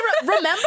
Remember